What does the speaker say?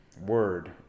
word